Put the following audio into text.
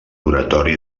oratori